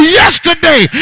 yesterday